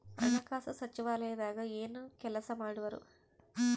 ಹಣಕಾಸು ಸಚಿವಾಲಯದಾಗ ಏನು ಕೆಲಸ ಮಾಡುವರು?